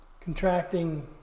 contracting